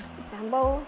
example